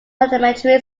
elementary